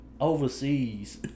Overseas